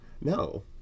No